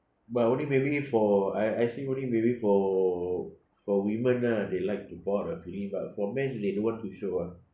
but only maybe for I I think only maybe for for women lah they like to pour out I believe but for men they don't want to show ah